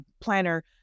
planner